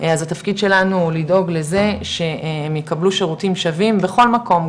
אז התפקיד שלנו הוא לדאוג זה שהם יקבלו שירותים שווים בכל מקום,